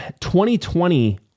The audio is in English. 2020